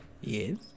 yes